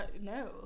No